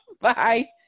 Bye